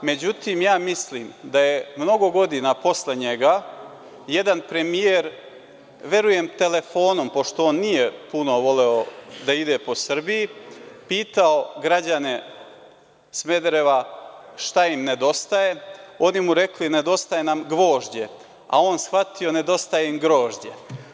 Međutim, ja mislim da je mnogo godina posle njega jedan premijer, verujem telefonom, pošto nije puno voleo da ide po Srbiji, pitao građane Smedereva šta im nedostaje, oni mu rekli - nedostaje nam gvožđe, a on shvatio nedostaje im grožđe.